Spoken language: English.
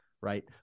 Right